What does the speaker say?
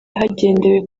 hagendewe